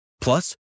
Plus